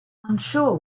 unsure